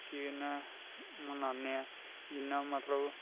इसी इ'यां मनानेआं इ'न्ना मतलब